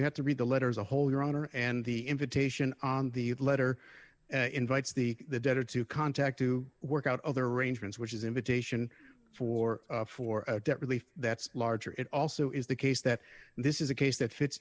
you have to read the letters a whole year honor and the invitation on the letter invites the debtor to contact to work out other arrangements which is invitation for for debt relief that's larger it also is the case that this is a case that fits